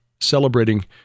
celebrating